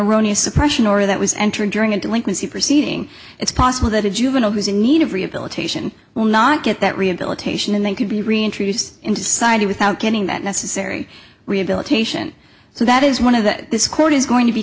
erroneous suppression order that was entered during a delinquency proceeding it's possible that a juvenile who's in need of rehabilitation will not get that rehabilitation and they could be reintroduced into society without getting that necessary rehabilitation so that is one of the this court is going to be